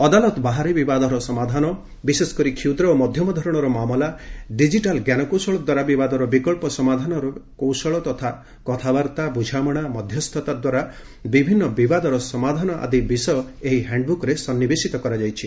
ଅଦାଲତ ବାହାରେ ବିବାଦର ସମାଧାନ ବିଶେଷକରି କ୍ଷୁଦ୍ର ଓ ମଧ୍ୟମ ଧରଣର ମାମଲା ଡିକ୍କିଟାଲ ଜ୍ଞାନକୌଶଳ ଦ୍ୱାରା ବିବାଦର ବିକଳ୍ପ ସମାଧାନର କୌଶଳ ତଥା କଥାବାର୍ତ୍ତା ବୁଝାମଣା ମଧ୍ୟସ୍ଥତା ଦ୍ୱାରା ବିଭିନ୍ନବିବାଦର ସମାଧାନ ଆଦି ବିଷୟ ଏହି ହ୍ୟାଶ୍ରବୁକ୍ରେ ସନ୍ନିବେଶିତ କରାଯାଇଛି